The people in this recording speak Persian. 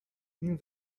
این